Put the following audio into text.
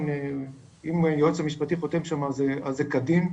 אם היועץ המשפטי חותם שם אז זה כדין,